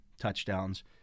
touchdowns